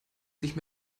sich